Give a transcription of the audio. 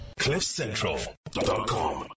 cliffcentral.com